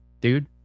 dude